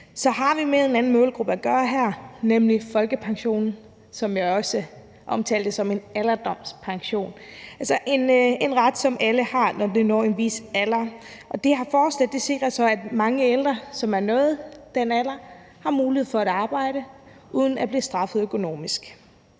– har vi her med en anden målgruppe at gøre, nemlig folk, der får folkepension. Jeg omtalte det også som en alderdomspension; altså en ret, som alle har, når man når en vis alder. Det her forslag sikrer så, at mange ældre, som har nået den alder, har mulighed for at arbejde uden at blive straffet økonomisk.